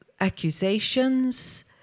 accusations